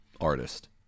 artist